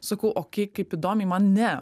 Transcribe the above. sakau o kaip įdomiai man ne